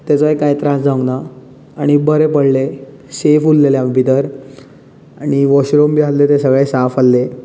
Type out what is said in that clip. ताजोय कांय त्रास जावंक ना आनी बरें पडलें सेफ उरल्ल आमी भितर आणी वॉशरूम बी आसले ते सगळे साफ आसले